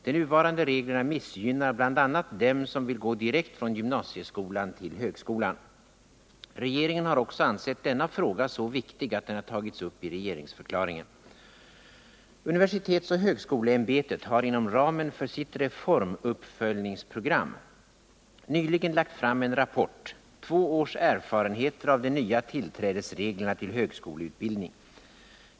De nuvarande reglerna missgynnar bl.a. dem som vill gå direkt från gymnasieskolan till högskolan. Regeringen har också ansett denna fråga så viktig att den har tagits upp i regeringsförklaringen. Universitetsoch högskoleämbetet har inom ramen för sitt reformuppföljningsprogram nyligen lagt fram en rapport, Två års erfarenheter av de nya tillträdesreglerna till högskoleutbildning .